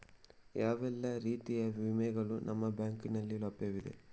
ಯಾವ ಎಲ್ಲ ರೀತಿಯ ವಿಮೆಗಳು ನಿಮ್ಮ ಬ್ಯಾಂಕಿನಲ್ಲಿ ಲಭ್ಯವಿದೆ?